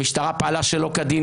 המשטרה פעלה שלא כדין